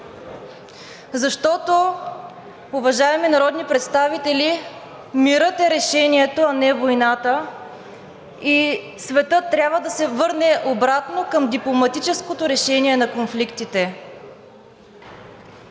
защото, уважаеми народни представители, мирът е решението, а не войната и светът трябва да се върне обратно към дипломатическото решение на конфликтите.